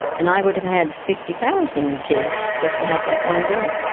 and i would have had fifty thousand kids just to have that one girl.